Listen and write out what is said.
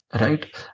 right